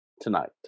tonight